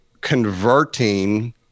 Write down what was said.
converting